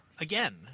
again